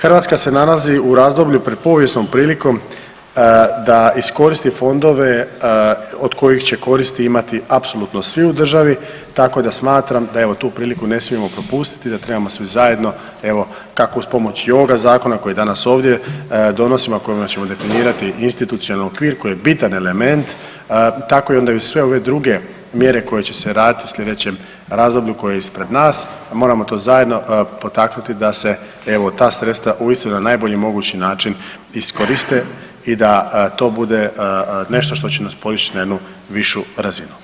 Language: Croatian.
Hrvatska se nalazi u razdoblju pred povijesnom prilikom da iskoristi fondove od kojih će koristi imati apsolutno svi u državi, tako da smatram da evo tu priliku ne smijemo propustiti da trebamo svi zajedno kako uz pomoć i ovoga zakona koji danas ovdje donosimo, a kojim ćemo definirati institucionalni okvir koji je bitan element, tako i onda uz sve ove druge mjere koje će se raditi u sljedećem razdoblju koje je ispred nas, a moramo to zajedno potaknuti da se ta sredstva uistinu na najbolji mogući način iskoriste i da to bude nešto što će nas podići na jednu višu razinu.